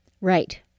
Right